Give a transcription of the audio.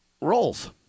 roles